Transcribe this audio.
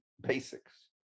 basics